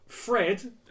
Fred